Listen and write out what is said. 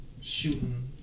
shooting